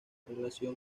relación